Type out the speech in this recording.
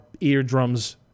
eardrums